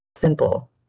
Simple